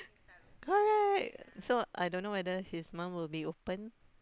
correct so I don't know whether his mum will be open